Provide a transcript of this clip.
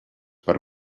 per